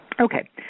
Okay